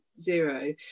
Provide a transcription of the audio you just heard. zero